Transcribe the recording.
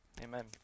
amen